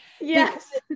Yes